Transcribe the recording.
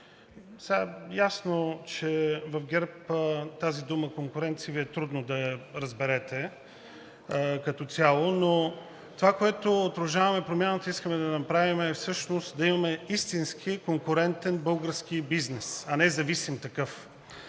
Ясно, че в ГЕРБ тази дума конкуренция Ви е трудно да я разберете като цяло, но това, което от „Продължаваме Промяната“ искаме да направим, е всъщност да имаме истински конкурентен български бизнес, а не зависим такъв.